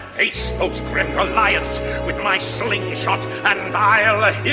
ace alliance with my slingshot i it.